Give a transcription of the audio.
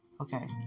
Okay